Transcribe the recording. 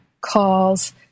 calls